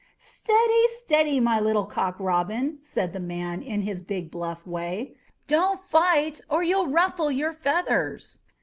steady, steady, my little cock robin, said the man, in his big bluff way don't fight, or you'll ruffle your feathers.